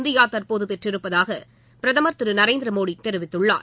India தற்போது பெற்றிருப்பதாக பிரதமர் திரு நரேந்திர மோடி தெரிவித்துள்ளார்